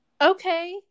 Okay